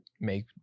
make